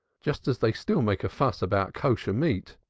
just as they still make a fuss about kosher meat.